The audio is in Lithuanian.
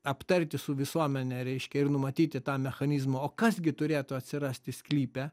aptarti su visuomene reiškia ir numatyti tą mechanizmą o kas gi turėtų atsirasti sklype